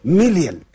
million